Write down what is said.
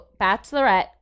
Bachelorette